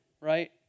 right